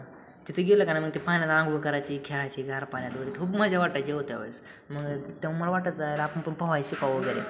तिथ गेलं का नाही मग ते पाण्यात आंघोळ करायची खेळायची गार पाण्यात वगैरे खूप मजा वाटायची हो त्यावेळेस मग त्यामुये मला वाटायचं आपण पण पोहाय शिकाव वगैरे